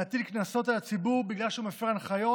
להטיל קנסות על הציבור בגלל שהוא מפר הנחיות